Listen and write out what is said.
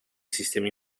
sistemi